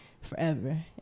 forever